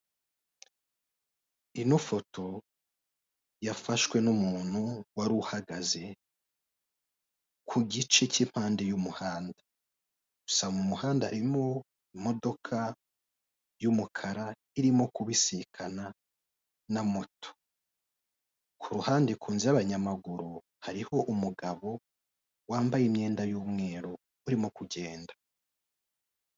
Ino foto yafaswhe n'umuntu wari uhagaze ku gice cy'impande z'umuhanda, gusa mu muhanda harimo imodoka y'umukara irimo kubisikana na moto, ku ryuhande ku nzira y'abanyamaguru hariho umugabo wambaye imyenda y'umweru urimo kugenda.